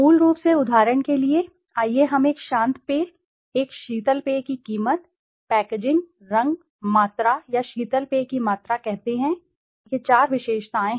मूल रूप से उदाहरण के लिए आइए हम एक शांत पेय एक शीतल पेय की कीमत पैकेजिंग रंग मात्रा या शीतल पेय की मात्रा कहते हैं यह चार विशेषताएं हो सकती हैं चार विशेषताएँ